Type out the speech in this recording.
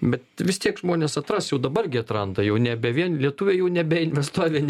bet vis tiek žmonės atras jau dabar gi atranda jau nebe vien lietuviai jau nebeinvestuoja vien